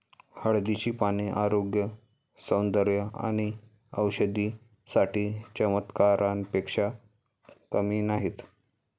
हळदीची पाने आरोग्य, सौंदर्य आणि औषधी साठी चमत्कारापेक्षा कमी नाहीत